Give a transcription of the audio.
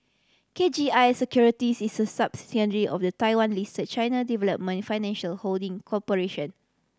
K G I Securities is a subsidiary of the Taiwan list China Development Financial Holding Corporation